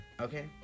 okay